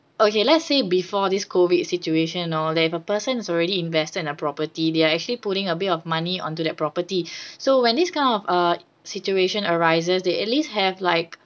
okay let's say before this COVID situation and all that if a person is already invested in a property they are actually putting a bit of money onto that property so when this kind of uh situation arises they at least have like